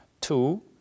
Two